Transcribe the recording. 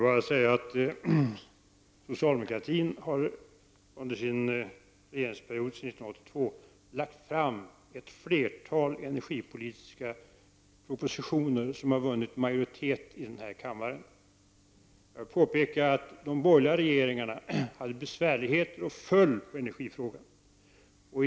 Fru talman! Socialdemokraterna har, under sin regeringsperiod sedan 1982, lagt fram ett flertal energipolitiska propositioner, vilka har vunnit majoritet i denna kammare. Jag vill påpeka att de borgerliga regeringarna hade besvärligheter i detta avseende och att de föll på energifrågan.